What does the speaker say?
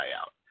out